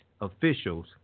officials